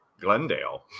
Glendale